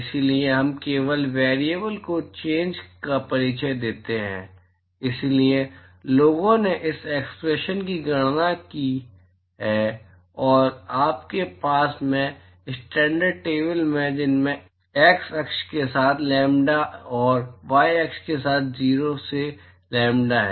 इसलिए हम केवल वेरिएबल के चेंज का परिचय देते हैं इसलिए लोगों ने इस एक्सप्रेशन की गणना की है और आपके पास ये स्टैंडर्ड टेबल हैं जिनमें x अक्ष के साथ लैम्ब्डा और y अक्ष में 0 से लैम्ब्डा है